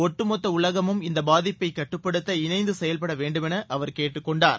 ஒட்டுமொத்த உலகமும் இந்த பாதிப்பை கட்டுப்படுத்த இணைந்து செயல்பட வேண்டும் என்று அவர் கேட்டுக்கொண்டுள்ளார்